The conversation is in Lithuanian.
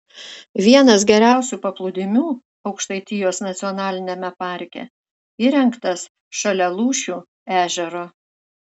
vienas geriausių paplūdimių aukštaitijos nacionaliniame parke įrengtas šalia lūšių ežero